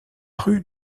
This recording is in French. rue